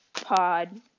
pod